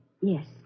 Yes